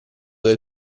del